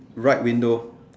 right window